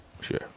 Sure